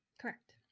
Correct